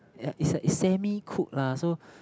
ya is a it semi cooked lah so